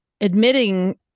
Admitting